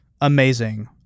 amazing